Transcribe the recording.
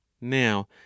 now